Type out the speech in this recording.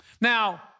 Now